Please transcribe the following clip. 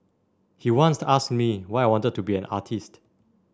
he once asked me why I wanted to be an artist